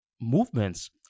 movements